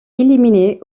éliminé